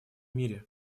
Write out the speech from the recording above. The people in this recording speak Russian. мире